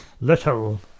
little